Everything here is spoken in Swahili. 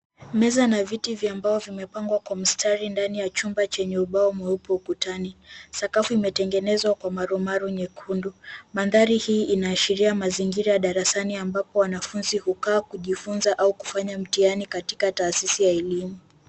Meza na viti vya mbao vimepangwa kwa mstari ndani ya chumba chenye ubao mweupe ukutani sakafu imetengenezwa kwa marumaru nyekundu, mandhari hii inaashiria mazingira ya darasani ambapo wanafunzi hukaa kujifunza au kufanya mtihani katika taasisi ya elimu.